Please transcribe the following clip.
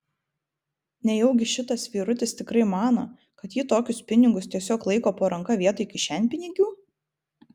nejaugi šitas vyrutis tikrai mano kad ji tokius pinigus tiesiog laiko po ranka vietoj kišenpinigių